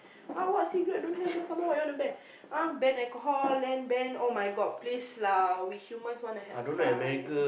!huh! what cigarette don't have then some more what you want to ban ah ban alcohol then ban oh-my-God please lah we humans want to have fun